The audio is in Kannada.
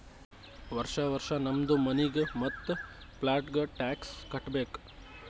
ವರ್ಷಾ ವರ್ಷಾ ನಮ್ದು ಮನಿಗ್ ಮತ್ತ ಪ್ಲಾಟ್ಗ ಟ್ಯಾಕ್ಸ್ ಕಟ್ಟಬೇಕ್